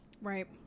Right